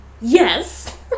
Yes